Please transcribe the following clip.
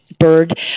bird